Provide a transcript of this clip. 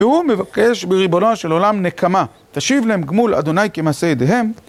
והוא מבקש בריבונו של עולם נקמה, תשיב להם גמול ה' כמעשה ידיהם